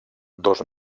dos